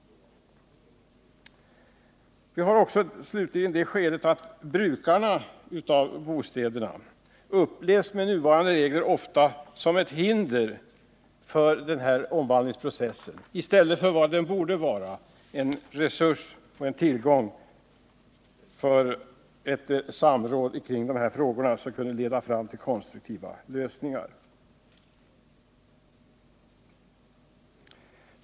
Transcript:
Vi har också slutligen det förhållandet att brukarna av bostäderna — med nuvarande regler — ofta upplevs som ett hinder för en omvandlingsprocess i stället för vad det borde vara, nämligen en resurs när det gäller samråd kring de här frågorna, som kunde leda fram till konstruktiva lösningar.